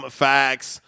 facts